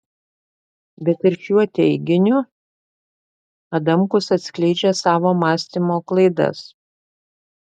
bet ir šiuo teiginiu adamkus atskleidžia savo mąstymo klaidas